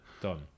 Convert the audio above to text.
done